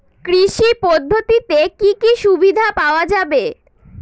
কৃষি পদ্ধতিতে কি কি সুবিধা পাওয়া যাবে?